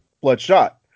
Bloodshot